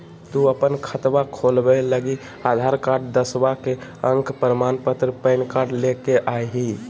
तू अपन खतवा खोलवे लागी आधार कार्ड, दसवां के अक प्रमाण पत्र, पैन कार्ड ले के अइह